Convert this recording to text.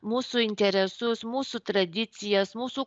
mūsų interesus mūsų tradicijas mūsų